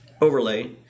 overlay